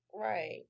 Right